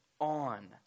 on